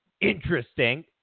Interesting